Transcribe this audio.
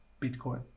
Bitcoin